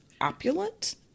opulent